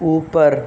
اوپر